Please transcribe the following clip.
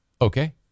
Okay